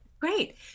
Great